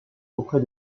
auprès